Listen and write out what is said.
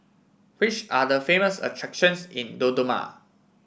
which are the famous attractions in Dodoma